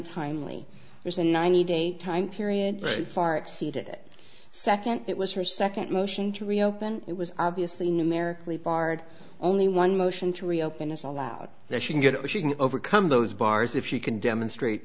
untimely there's a ninety day time period far exceeded it second it was her second motion to reopen it was obviously numerically barred only one motion to reopen is allowed that should get which you can overcome those bars if you can demonstrate